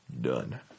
Done